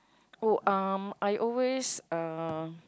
oh um I always uh